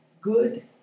good